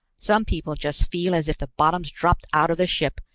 some people just feel as if the bottom's dropped out of the ship,